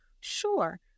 Sure